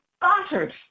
battered